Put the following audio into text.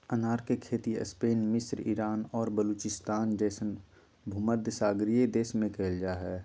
अनार के खेती स्पेन मिस्र ईरान और बलूचिस्तान जैसन भूमध्यसागरीय देश में कइल जा हइ